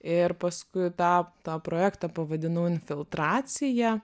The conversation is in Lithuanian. ir paskui tą tą projektą pavadinau infiltracija